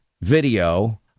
video